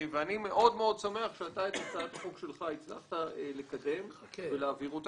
אני מאוד שמח שאת הצעת החוק שלך הצלחת לקדם ולהעביר.